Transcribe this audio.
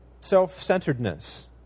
self-centeredness